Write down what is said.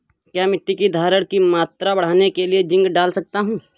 क्या मिट्टी की धरण की मात्रा बढ़ाने के लिए जिंक डाल सकता हूँ?